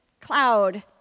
cloud